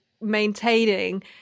maintaining